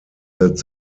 that